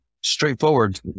straightforward